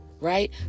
right